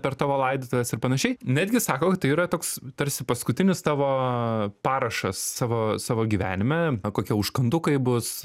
per tavo laidotuves ir panašiai netgi sako kad tai yra toks tarsi paskutinis tavo parašas savo savo gyvenime kokie užkandukai bus